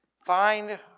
find